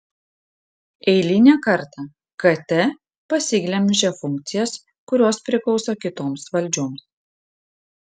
eilinę kartą kt pasiglemžia funkcijas kurios priklauso kitoms valdžioms